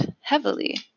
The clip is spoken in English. heavily